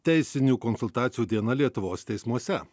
teisinių konsultacijų diena lietuvos teismuose